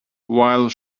while